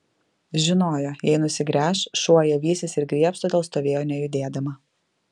žinojo jei nusigręš šuo ją vysis ir griebs todėl stovėjo nejudėdama